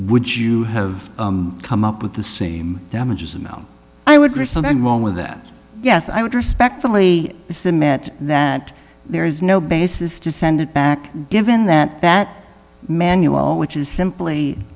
would you have come up with the same damages and now i would agree something wrong with that yes i would respectfully submit that there is no basis to send it back given that that manual which is simply